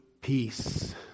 peace